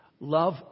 Love